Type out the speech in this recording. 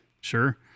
sure